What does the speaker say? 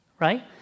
Right